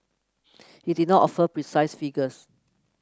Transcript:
he did not offer precise figures